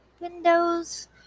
Windows